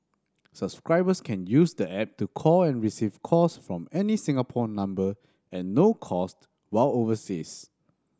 subscribers can use the app to call and receive calls from any Singapore number at no cost while overseas